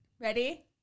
Ready